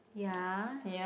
ya